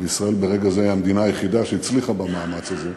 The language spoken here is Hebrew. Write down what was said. וישראל ברגע זה היא המדינה היחידה שהצליחה במאמץ הזה,